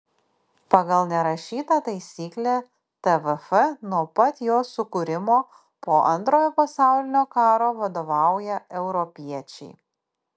pagal nerašytą taisyklę tvf nuo pat jo sukūrimo po antrojo pasaulinio karo vadovauja europiečiai